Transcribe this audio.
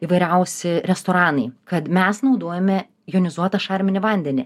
įvairiausi restoranai kad mes naudojame jonizuotą šarminį vandenį